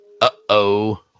uh-oh